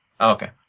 Okay